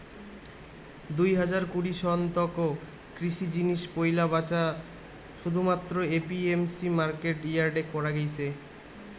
দুই হাজার কুড়ি সন তক কৃষি জিনিস পৈলা ব্যাচা শুধুমাত্র এ.পি.এম.সি মার্কেট ইয়ার্ডে করা গেইছে